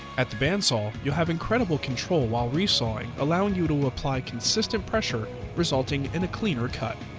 at the band saw, you'll have incredible control while resawing, allowing you to apply consistent pressure resulting in a cleaner cut.